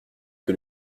que